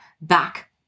back